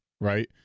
right